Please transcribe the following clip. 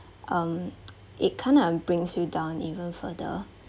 um it kind of brings you down even further